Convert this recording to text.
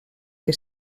que